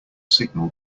signal